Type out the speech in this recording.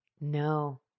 no